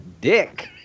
dick